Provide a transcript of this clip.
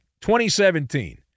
2017